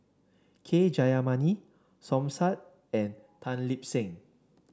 K Jayamani Som Said and Tan Lip Seng